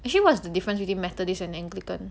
actually what's the difference between methodist and anglican